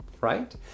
right